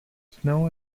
snow